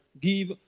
give